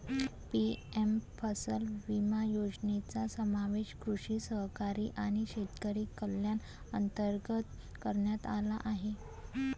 PM फसल विमा योजनेचा समावेश कृषी सहकारी आणि शेतकरी कल्याण अंतर्गत करण्यात आला आहे